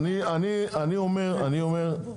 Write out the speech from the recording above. אדוני, אני מייצגת את עמדת המשרד.